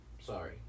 sorry